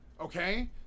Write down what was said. Okay